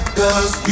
cause